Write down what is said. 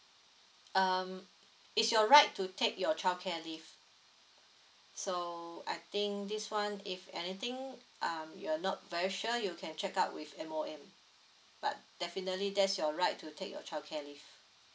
um it's your right to take your childcare leave so I think this one if anything um you're not very sure you can check out with M_O_M but definitely that's your right to take your childcare leave